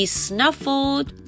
snuffled